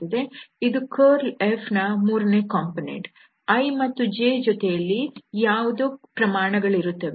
ಇದು curlFನ ಮೂರನೇ ಕಾಂಪೊನೆಂಟ್ i ಮತ್ತು j ಜೊತೆಯಲ್ಲಿ ಯಾವುದೋ ಪ್ರಮಾಣಗಳಿರುತ್ತವೆ